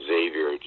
Xavier